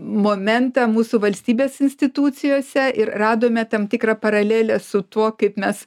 momentą mūsų valstybės institucijose ir radome tam tikrą paralelę su tuo kaip mes